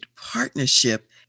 partnership